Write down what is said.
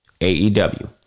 AEW